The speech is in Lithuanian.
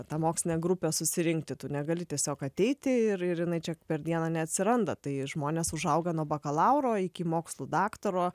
tą mokslinę grupę susirinkti tu negali tiesiog ateiti ir ir jinai čia per dieną neatsiranda tai žmonės užauga nuo bakalauro iki mokslų daktaro